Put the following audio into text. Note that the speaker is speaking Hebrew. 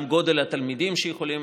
גם מספר התלמידים שיכולים